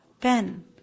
pen